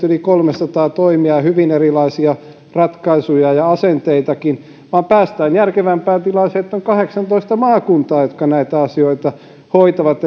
yli kolmesataa toimijaa hyvin erilaisia ratkaisuja ja asenteitakin vaan päästään järkevämpään tilaan että on kahdeksantoista maakuntaa jotka näitä asioita hoitavat